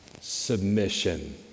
submission